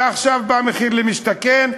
ועכשיו בא מחיר למשתכן,